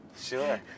Sure